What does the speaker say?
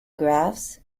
graphs